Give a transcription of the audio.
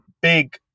big